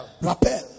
Rappel